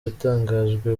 yatangajwe